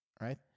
right